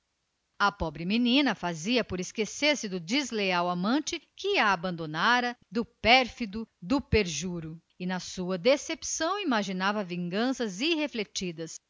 a pobre moça esforçava-se por esquecer o desleal amante que a abandonara covardemente e na sua decepção imaginava vinganças irrefletidas